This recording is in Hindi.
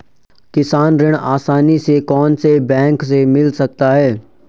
किसान ऋण आसानी से कौनसे बैंक से मिल सकता है?